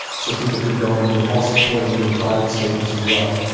so people could go and with health support and give private statements as well.